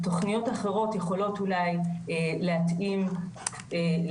לכן אמרתי,